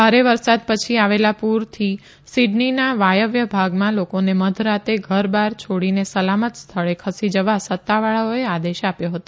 ભારે વરસાદ પછી આવેલાં પ્રરથી સીડનીના વાયવ્ય ભાગમાં લોકોને મધરાતે ઘરબાર છોડીને સલામત સ્થળે ખસી જવા સત્તાવાળાઓએ આદેશ આપ્યો હતો